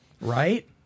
Right